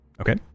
Okay